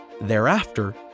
Thereafter